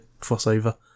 crossover